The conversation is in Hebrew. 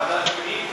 ועדת הפנים,